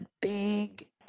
big